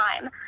time